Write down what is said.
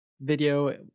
video